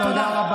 תודה.